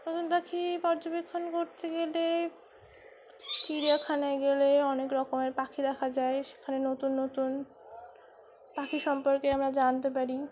নতুন পাখি পর্যবেক্ষণ করতে গেলে চিড়িয়াখানায় গেলে অনেক রকমের পাখি দেখা যায় সেখানে নতুন নতুন পাখি সম্পর্কে আমরা জানতে পারি